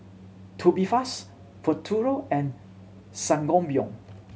Tubifast Futuro and Sangobion